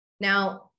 now